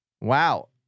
Wow